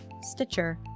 Stitcher